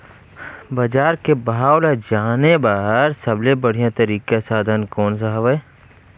बजार के भाव ला जाने बार सबले बढ़िया तारिक साधन कोन सा हवय?